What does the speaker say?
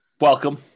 Welcome